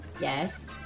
Yes